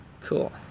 Cool